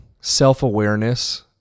self-awareness